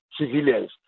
civilians